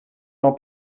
n’en